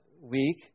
week